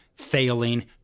failing